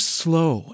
slow